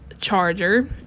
charger